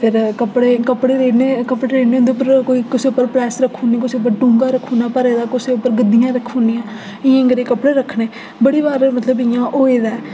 फिर कपड़े कपड़े रेड़ने कपड़े रेड़ने उं'दे उप्पर कोई कुसै उप्पर प्रैस्स रक्खी ओड़नी कुसै उप्पर डूंह्गा रक्खी ओड़ना भरे दा कुसै उप्पर गद्दियां रक्खी ओड़नियां इ'यां करी कपड़े रक्खने बड़ी बार मतलब इ'यां होए दा ऐ